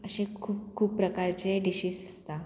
अशे खूब खूब प्रकारचे डिशीस आसता